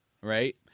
right